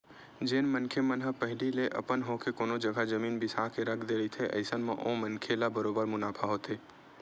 जेन मनखे मन ह पहिली ले अपन होके कोनो जघा जमीन बिसा के रख दे रहिथे अइसन म ओ मनखे ल बरोबर मुनाफा होथे